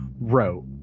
wrote